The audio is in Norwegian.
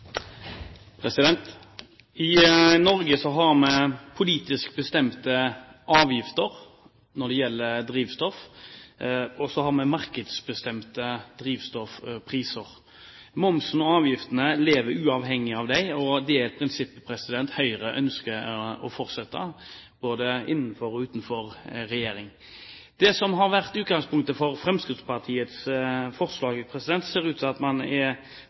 vi politisk bestemte avgifter når det gjelder drivstoff, og så har vi markedsbestemte drivstoffpriser. Momsen og avgiftene lever uavhengig av dem. Det er et prinsipp Høyre ønsker å fortsette med både i og utenfor regjering. Det som har vært utgangspunktet for Fremskrittspartiets forslag, ser ut til å være at man